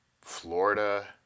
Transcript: Florida